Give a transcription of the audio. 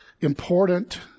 important